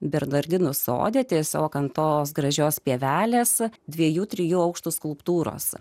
bernardinų sode tiesiog ant tos gražios pievelės dviejų trijų aukštų skulptūros